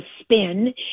spin